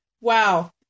Wow